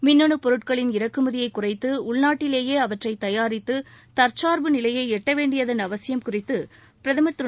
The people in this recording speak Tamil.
மின்னு பொருட்களின் இறக்குமதியை குறைத்து உள்நாட்டிலேயே அவற்றை தயாரித்து தற்சா்பு நிலையை எட்ட வேண்டியதன் அவசியம் குறித்து பிரதமர் திரு